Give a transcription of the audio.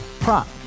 Prop